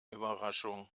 überraschung